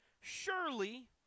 surely